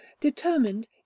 determined